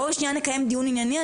בוא נקיים דיון ענייני.